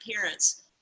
parents